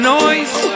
noise